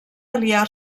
aliar